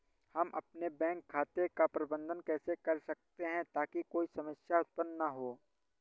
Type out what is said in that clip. हम अपने बैंक खाते का प्रबंधन कैसे कर सकते हैं ताकि कोई समस्या उत्पन्न न हो?